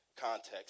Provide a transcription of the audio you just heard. context